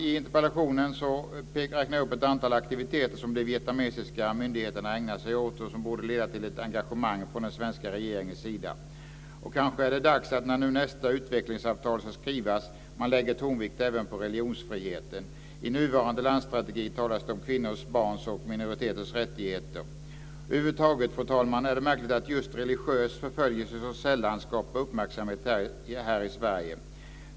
I interpellationen räknar jag upp ett antal aktiviteter som de vietnamesiska myndigheterna ägnar sig åt och som borde leda till ett engagemang från den svenska regeringens sida. När nu nästa utvecklingsavtal ska skrivas är det kanske dags att man lägger tonvikt även på religionsfriheten. I nuvarande landstrategi talas det om kvinnors, barns och minoriteters rättigheter. Det är över huvud taget, fru talman, märkligt att just religiös förföljelse så sällan skapar uppmärksamhet här i Sverige.